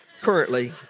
Currently